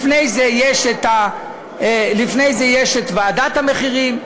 לפני זה יש ועדת המחירים.